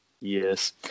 Yes